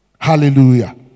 Hallelujah